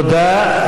תודה.